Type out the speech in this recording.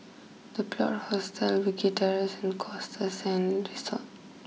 the Plot Hostels Wilkie Terrace and Costa Sands Resort